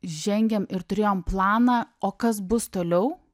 žengėm ir turėjom planą o kas bus toliau